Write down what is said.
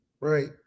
Right